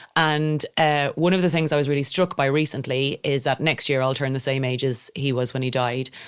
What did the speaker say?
and ah one of the things i was really struck by recently is that next year, i'll turn the same age as he was when he died.